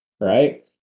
right